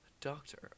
doctor